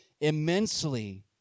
immensely